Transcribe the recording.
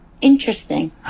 Interesting